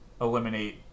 eliminate